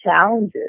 challenges